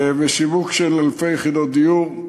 ושיווק של אלפי יחידות דיור.